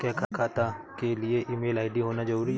क्या खाता के लिए ईमेल आई.डी होना जरूरी है?